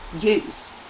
use